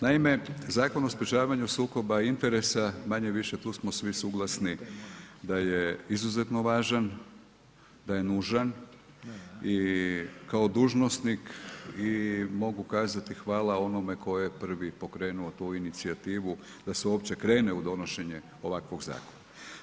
Naime, Zakon o sprečavanju sukoba interesa manje-više tu smo svi suglasni da je izuzetno važan, da je nužan i kao dužnosnik i mogu kazati hvala onome tko je prvi pokrenuo tu inicijativu da se uopće krene u donošenje ovakvog zakona.